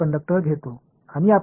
எனவே எல்லையற்ற கடத்தும் பொருள்